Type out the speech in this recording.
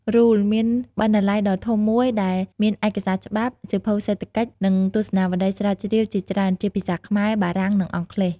RULE មានបណ្ណាល័យដ៏ធំមួយដែលមានឯកសារច្បាប់ សៀវភៅសេដ្ឋកិច្ច និងទស្សនាវដ្តីស្រាវជ្រាវជាច្រើន ជាភាសាខ្មែរ បារាំង និងអង់គ្លេស។